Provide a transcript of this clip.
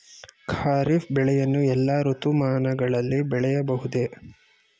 ಖಾರಿಫ್ ಬೆಳೆಯನ್ನು ಎಲ್ಲಾ ಋತುಮಾನಗಳಲ್ಲಿ ಬೆಳೆಯಬಹುದೇ?